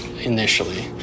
initially